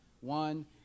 one